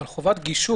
אבל חובת גישור,